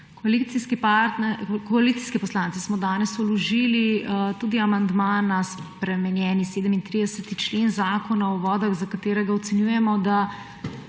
Koalicijski poslanci smo danes vložili tudi amandma na spremenjeni 37. člen Zakona o vodah, za katerega ocenjujemo, da